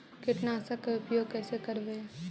कीटनाशक के उपयोग कैसे करबइ?